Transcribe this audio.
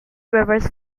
rivers